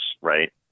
right